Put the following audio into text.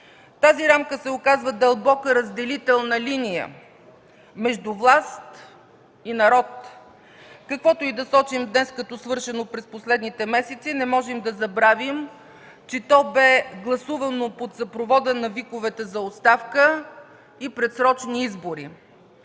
Тази рамка се оказа дълбока разделителна линия между власт и народ. Каквото и да сочим днес като свършено през последните месеци, не можем да забравим, че то бе гласувано под съпровода на виковете за оставка и предсрочни избори.